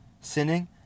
sinning